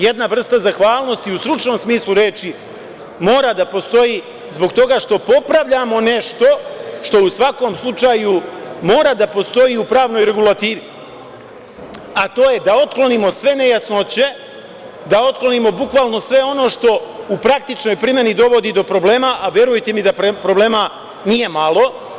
Jedna vrsta zahvalnosti u stručnom smislu reči mora da postoji zbog toga što popravljamo nešto što u svakom slučaju mora da postoji i u pravnoj regulativi, a to je da otklonimo sve nejasnoće, da otklonimo bukvalno sve ono što u praktičnoj primeni dovodi do problema, a verujte mi da problema nije malo.